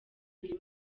ibiri